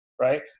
Right